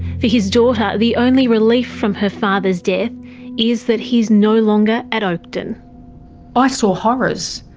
for his daughter, the only relief from her father's death is that he is no longer at oakden i saw horrors.